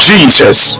Jesus